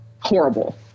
horrible